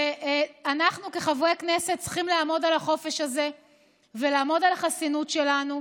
אנחנו כחברי כנסת צריכים לעמוד על החופש הזה ולעמוד על החסינות שלנו,